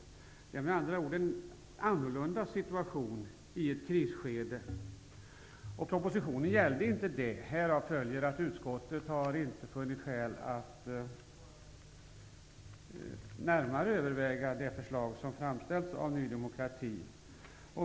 Det är med andra ord en annorlunda situation i ett krisskede. Propositionen gällde inte det, och härav har utskottet inte funnit skäl att närmare överväga det förslag som framställts av Ny demokrati.